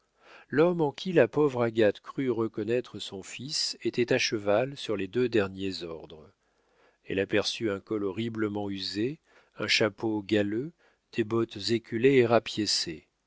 l'homme en qui la pauvre agathe crut reconnaître son fils était à cheval sur les deux derniers ordres elle aperçut un col horriblement usé un chapeau galeux des bottes éculées et